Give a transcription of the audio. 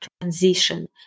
transition